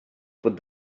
put